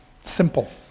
simple